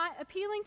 appealing